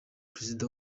perezida